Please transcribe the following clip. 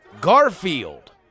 Garfield